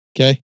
Okay